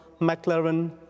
McLaren